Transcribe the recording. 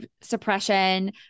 suppression